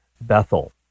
Bethel